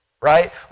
right